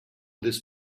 this